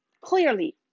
Clearly